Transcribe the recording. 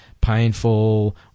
painful